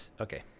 okay